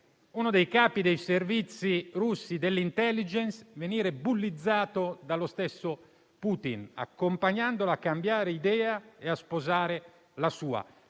uno dei capi dei servizi russi dell'*intelligence* venire bullizzato dallo stesso Putin, che lo accompagna a cambiare idea e a sposare la sua.